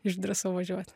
išdrįsau važiuot